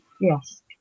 Yes